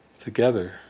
together